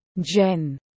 Jen